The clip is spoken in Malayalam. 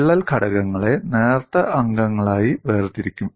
വിള്ളൽ ഘടകങ്ങളെ നേർത്ത അംഗങ്ങളായി വേർതിരിക്കും